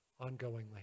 ongoingly